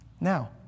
Now